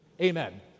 Amen